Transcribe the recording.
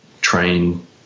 train